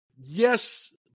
Yes